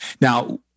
Now